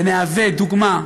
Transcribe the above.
ונשמש דוגמה,